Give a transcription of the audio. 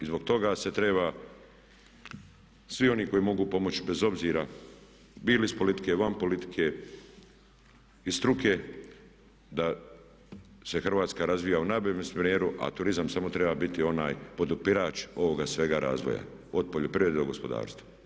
I zbog toga se treba svi oni koji mogu pomoći bez obzira bili iz politike, van politike, iz struke da se Hrvatska razvija u najboljem smjeru a turizam samo treba biti onaj podupirač ovoga svega razvoja od poljoprivrede do gospodarstva.